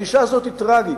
הגישה הזאת היא טרגית.